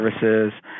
services